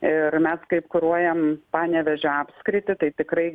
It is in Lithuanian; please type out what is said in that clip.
ir mes kaip kuruojam panevėžio apskritį tai tikrai